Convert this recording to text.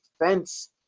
Defense